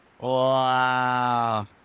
Wow